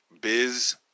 Biz